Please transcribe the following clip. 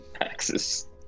axes